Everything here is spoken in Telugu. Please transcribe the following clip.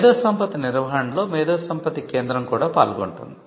మేధోసంపత్తి నిర్వహణలో మేధోసంపత్తి కేంద్రo కూడా పాల్గొంటుంది